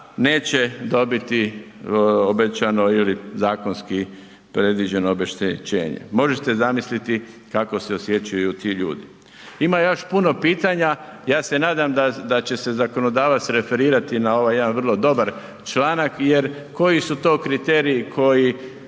neće dobiti obećano ili zakonski predviđeno obeštećenje. Možete zamisliti kako se osjećaju ti ljudi. Ima još puno pitanja, ja se nadam da će se zakonodavac referirati na ovaj jedan vrlo dobar članak jer koji su to kriteriji koji